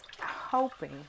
hoping